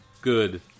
good